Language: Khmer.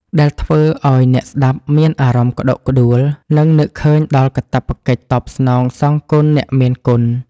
ដែលធ្វើឱ្យអ្នកស្តាប់មានអារម្មណ៍ក្តុកក្តួល និងនឹកឃើញដល់កាតព្វកិច្ចតបស្នងសងគុណអ្នកមានគុណ។